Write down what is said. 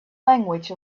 language